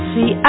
See